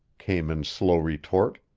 came in slow retort,